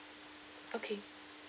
okay